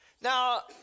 Now